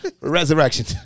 resurrection